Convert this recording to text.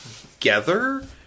together